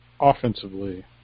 offensively